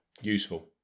Useful